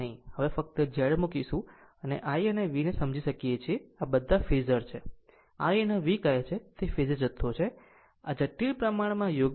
હવે ફક્ત Z મૂકીશું અને I અને v સમજી શકીએ છીએ આ બધા ફેઝર છે જેને i અને V કહે છે તે ફેઝર જથ્થો છે અને આ જટિલ પ્રમાણમાં યોગ્ય છે